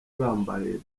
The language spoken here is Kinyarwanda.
bambariye